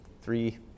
three